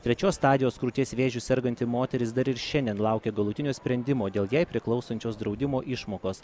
trečios stadijos krūties vėžiu serganti moteris dar ir šiandien laukia galutinio sprendimo dėl jai priklausančios draudimo išmokos